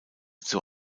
zur